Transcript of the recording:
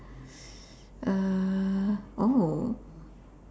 err